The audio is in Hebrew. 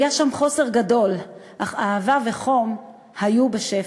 היה שם חוסר גדול, אך אהבה וחום היו בשפע,